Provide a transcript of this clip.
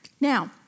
Now